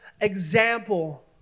example